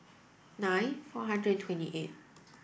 nine four hundred and twenty eight